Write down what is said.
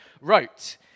wrote